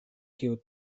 kio